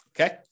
Okay